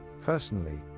Personally